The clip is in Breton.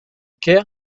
kêr